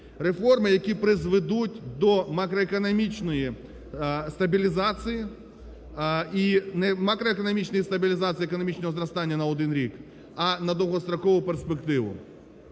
Реформи, які призведуть до макроекономічної стабілізації. І не макроекономічної стабілізації і економічного зростання на один рік, а на довгострокову перспективу.